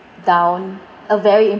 down a very im~